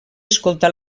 escoltar